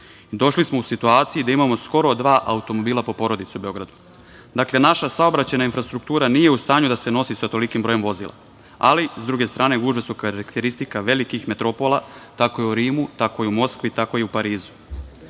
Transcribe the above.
Došli smo u situaciju da imamo skoro dva automobila po porodici u Beogradu. Dakle, naša saobraćajna infrastruktura nije u stanju da se nosi sa tolikim brojem vozila, ali sa druge strane gužve su karakteristika velikih metropola, tako je u Rimu, tako je u Moskvi, tako je i u Parizu.